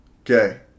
Okay